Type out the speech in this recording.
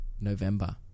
November